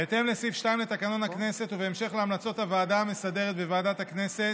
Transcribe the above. בהתאם לסעיף 2 לתקנון הכנסת ובהמשך להמלצות הוועדה המסדרת וועדת הכנסת,